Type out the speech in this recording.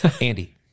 Andy